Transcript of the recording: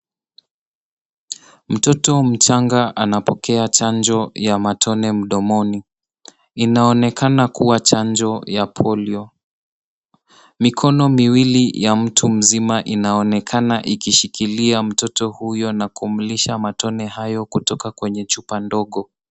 Mtoto mchanga anapokea chanjo ya matone mdomoni. Inaonekana kua chanjo ya polio. Mikono miwili ya mtu mzima inaonekana ikishikilia mtoto huyo na kumlisha matone hayo kutoka kwenye chupa ndogo.